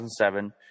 2007